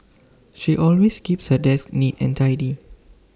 she always keeps her desk neat and tidy